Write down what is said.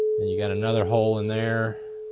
then you gotta another hole in there